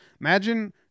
Imagine